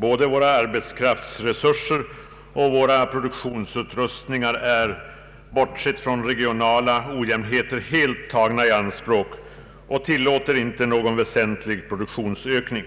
Både våra arbetskraftsresurser och våra produktionsutrustningar är, bortsett från regionala ojämnheter, helt tagna i anspråk och tillåter inte någon väsentlig produktionsökning.